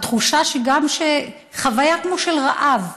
בתחושה: חוויה כמו של רעב,